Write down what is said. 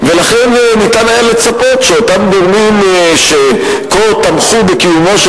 ולכן ניתן היה לצפות שאותם גורמים שכה תמכו בקיומו של